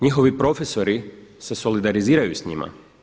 Njihovi profesori se solidariziraju sa njima.